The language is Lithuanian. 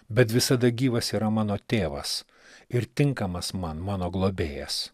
bet visada gyvas yra mano tėvas ir tinkamas man mano globėjas